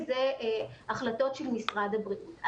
זה החלטות של משרד הבריאות.